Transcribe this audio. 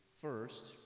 first